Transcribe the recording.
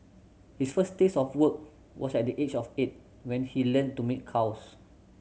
his first taste of work was at the age of eight when he learned to milk cows